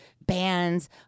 bands